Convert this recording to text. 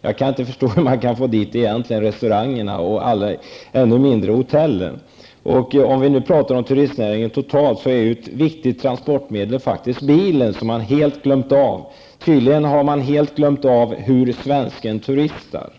Jag kan inte förstå hur man kan ta med restauranger i det sammanhanget. Ännu mindre förstår jag varför hotellen skulle tas med här. När det gäller turistnäringen totalt sett måste jag framhålla det viktiga transportmedel som bilen faktiskt är och som man helt glömt i det här sammanhanget. Tydligen har man helt glömt hur svensken turistar.